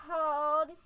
called